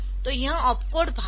तो यह ऑपकोड भाग है